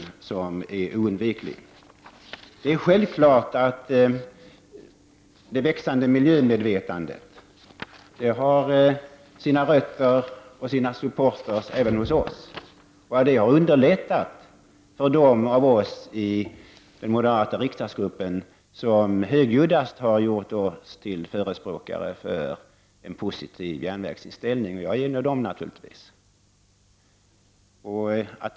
Det är självklart att det växande miljömedvetandet har sina rötter och sina supportrar även hos oss. Det har underlättat för dem av oss i den moderata riksdagsgruppen som högljuddast har gjort oss till förespråkare för en positiv järnvägsinställning. Jag är naturligtvis en av dem.